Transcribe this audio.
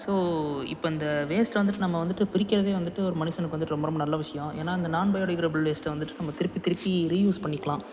so இப்போ இந்த waste வந்துட்டு நம்ம வந்துட்டு பிரிகிறது வந்துட்டு ஒரு மனிசனுக்கு வந்துட்டு ரொம்ப ரொம்ப நல்ல விஷயம் ஏன்னா அந்த நான் பயோடிக்ரேடபுள் வேஸ்ட்டை வந்துட்டு நம்ம திருப்பி திருப்பி ரீயூஸ் பண்ணிக்கலாம்